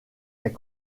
est